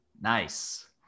Nice